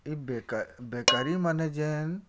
ଇ ବେକାରି ବେକାରିମାନେ ଯେନ୍